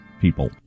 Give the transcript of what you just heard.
people